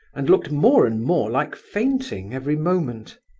and looked more and more like fainting every moment.